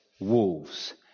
wolves